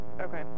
Okay